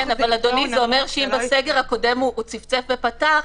אדוני זה אומר שאם בסגר הקודם הוא צפצף ופתח,